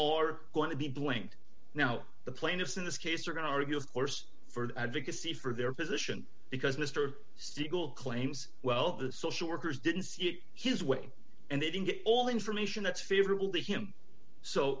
are going to be blamed now the plaintiffs in this case are going to argue of course for advocacy for their position because mr siegel claims well the social workers didn't see it his way and they didn't get all the information that's favorable to him so